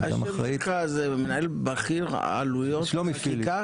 אחראית- -- השם שלך זה מנהל בכיר עלויות חקיקה?